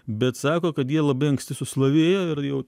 bet sako kad jie labai anksti suslavėjo ir jau